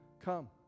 come